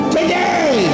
Today